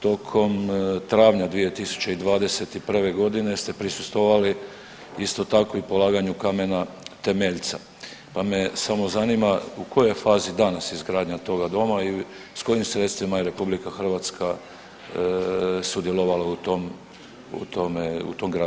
Tokom travnja 2021. g. ste prisustvovali isto tako i polaganju kamena temeljca pa me samo zanima u kojoj je fazi danas izgradnja toga doma i s kojim sredstvima je RH sudjelovala u tom, u tome, u tom građenju.